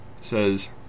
says